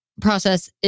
process